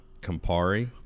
Campari